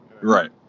Right